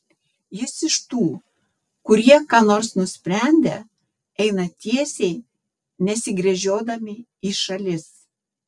jis iš tų kurie ką nors nusprendę eina tiesiai nesigręžiodami į šalis